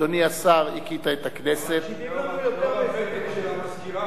אדוני השר, הכית את הכנסת, בגלל הוותק של מזכירת